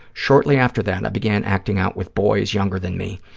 shortly after that, i began acting out with boys younger than me,